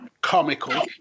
comical